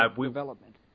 development